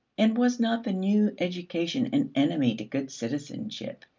and was not the new education an enemy to good citizenship,